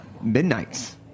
midnights